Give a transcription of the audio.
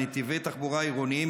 נתיבי תחבורה עירוניים,